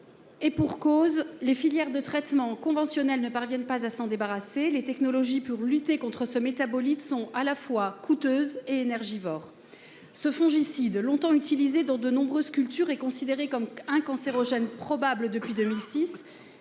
Et pour cause : les filières de traitement conventionnelles ne parviennent pas à se débarrasser de ce fongicide. Les technologies pour lutter contre ce métabolite sont à la fois coûteuses et énergivores. Ce fongicide, longtemps utilisé dans de nombreuses cultures, est considéré comme un cancérogène probable depuis 2006.